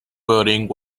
building